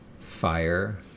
fire